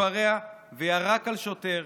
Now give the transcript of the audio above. התפרע וירק על שוטר.